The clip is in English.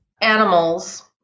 animals